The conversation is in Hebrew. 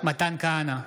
מתן כהנא,